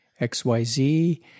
XYZ